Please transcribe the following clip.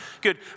good